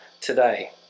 today